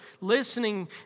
listening